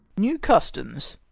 new customes,